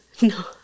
no